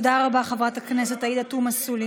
עאידה, אז תצביעו בעד.